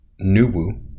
Nubu